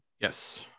Yes